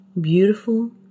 beautiful